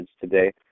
today